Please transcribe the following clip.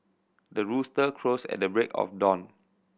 the rooster crows at the break of dawn